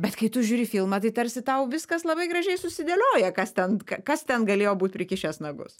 bet kai tu žiūri filmą tai tarsi tau viskas labai gražiai susidėlioja kas ten kas ten galėjo būt prikišęs nagus